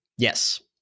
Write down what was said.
Yes